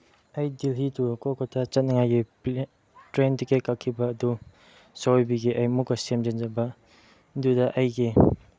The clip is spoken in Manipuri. ꯑꯩ ꯗꯤꯜꯂꯤ ꯇꯨ ꯀꯣꯜꯀꯇꯥ ꯆꯠꯅꯉꯥꯏꯒꯤ ꯇ꯭ꯔꯦꯟ ꯇꯤꯛꯀꯦꯠ ꯀꯛꯈꯤꯕ ꯑꯗꯨ ꯁꯣꯏꯕꯒꯤ ꯑꯩ ꯑꯃꯨꯛꯀ ꯁꯦꯝꯖꯤꯟꯖꯕ ꯗꯨꯗ ꯑꯩꯒꯤ